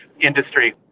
industry